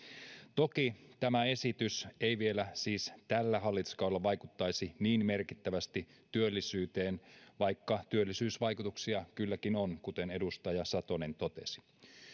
toki tämä esitys ei siis vielä tällä hallituskaudella vaikuttaisi niin merkittävästi työllisyyteen vaikka työllisyysvaikutuksia kylläkin on kuten edustaja satonen totesi